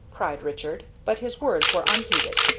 cried richard but his words were unheeded,